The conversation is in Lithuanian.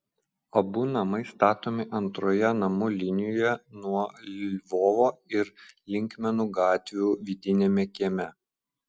abu namai statomi antroje namų linijoje nuo lvovo ir linkmenų gatvių vidiniame kieme